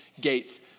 gates